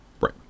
Right